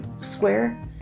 square